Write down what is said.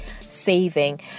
saving